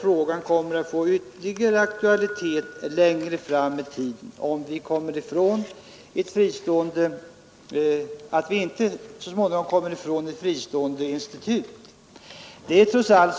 Vi kommer troligen inte i längden ifrån att skapa ett fristående institut. Ett industriverk i all ära, men det behöver ju ha en mängd beslutsunderlag som ett fristående energiinstitut kan ta fram.